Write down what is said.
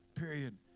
period